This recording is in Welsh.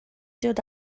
dod